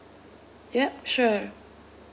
yup sure